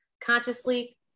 Consciously